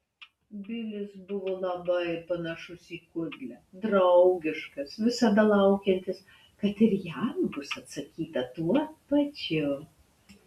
bilis buvo labai panašus į kudlę draugiškas visada laukiantis kad ir jam bus atsakyta tuo pačiu